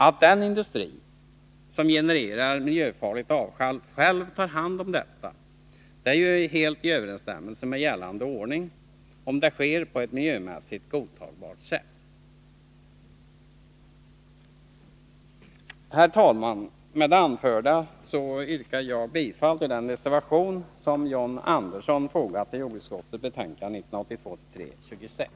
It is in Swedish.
Att den industri som genererar miljöfarligt avfall själv tar hand om detta är ju helt i överensstämmelse med gällande ordning, om det sker på ett miljömässigt godtagbart sätt. Herr talman! Med det anförda yrkar jag bifall till den reservation som John Andersson fogat till jordbruksutskottets betänkande 1982/83:26.